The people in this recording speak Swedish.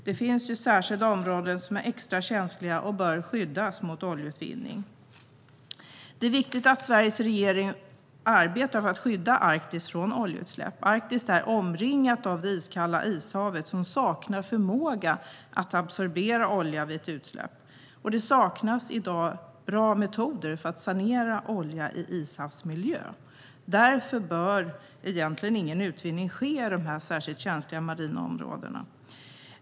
Det finns särskilda områden som är extra känsliga och som bör skyddas mot oljeutvinning. Det är viktigt att Sveriges regering arbetar för att skydda Arktis från oljeutsläpp. Arktis är omringat av det iskalla Ishavet, som saknar förmåga att absorbera olja vid ett utsläpp. I dag saknas bra metoder för att sanera olja i Ishavsmiljö, och därför bör ingen utvinning ske i dessa särskilt känsliga marina områden.